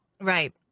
Right